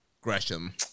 gresham